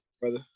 brother